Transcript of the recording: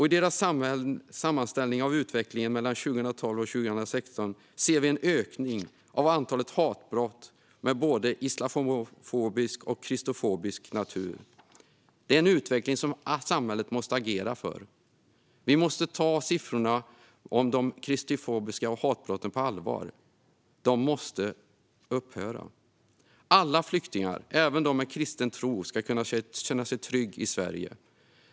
I deras sammanställning av utvecklingen 2012-2016 ser vi en ökning av antalet hatbrott av både islamofobisk och kristofobisk natur. Det är en utveckling som samhället måste agera mot. Vi måste ta siffrorna om de kristofobiska hatbrotten på allvar. De måste upphöra. Alla flyktingar, även de med kristen tro, ska kunna känna sig trygga i Sverige.